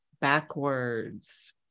backwards